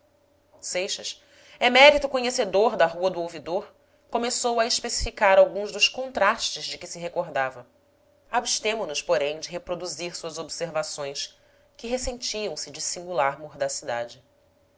seixas emérito conhecedor da rua do ouvidor começou a especificar alguns dos contrastes de que se recordava abstemo nos porém de reproduzir suas observações que ressentiam se de singular